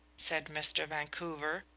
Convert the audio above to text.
said mr. vancouver,